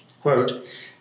Quote